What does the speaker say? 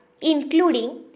including